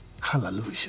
Hallelujah